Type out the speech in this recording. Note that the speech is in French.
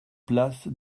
place